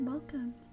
Welcome